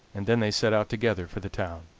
and then they set out together for the town.